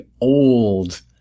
old